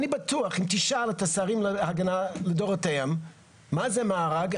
אני בטוח שאם תשאל את השרים לדורותיהם מה זה מארג,